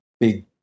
big